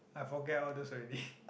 I forget all those already